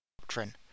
doctrine